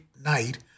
night